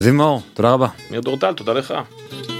זיו מאור, תודה רבה. ניר טורטל, תודה לך.